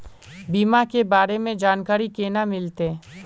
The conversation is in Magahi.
बीमा के बारे में जानकारी केना मिलते?